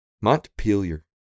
Montpelier